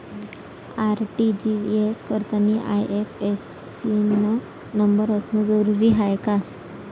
RTGS करतांनी IFSC न number असनं जरुरीच हाय का?